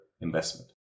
investment